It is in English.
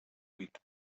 with